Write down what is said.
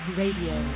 radio